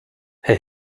herr